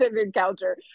encounter